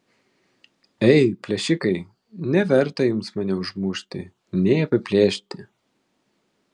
ei plėšikai neverta jums mane užmušti nei apiplėšti